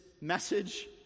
message